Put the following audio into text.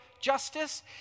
justice